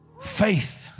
Faith